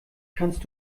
kannst